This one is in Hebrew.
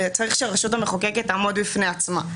צריך שהרשות המחוקקת תעמוד בפני עצמה.